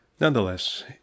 Nonetheless